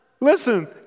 listen